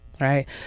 Right